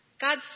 God